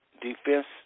defense